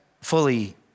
fully